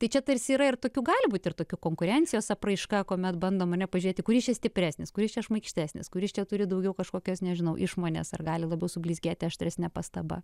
tai čia tarsi yra ir tokiu gali būti ir tokių konkurencijos apraiška kuomet bandoma ar ne pažiūrėti kuris čia stipresnis kuris čia šmaikštesnis kuris čia turi daugiau kažkokios nežinau išmonės ar gali labiau sublizgėti aštresne pastaba